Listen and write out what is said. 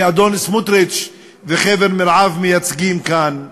שאדון סמוטריץ וחבר מרעיו מייצגים כאן,